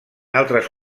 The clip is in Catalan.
altres